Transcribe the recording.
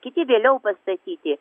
kiti vėliau pastatyti